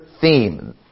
theme